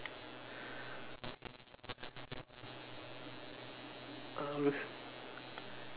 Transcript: um beca~